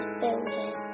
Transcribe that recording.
building